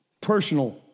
personal